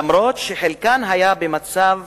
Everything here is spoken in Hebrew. אף שחלקן היה במצב